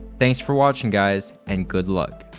thanks for watching, guys. and good luck.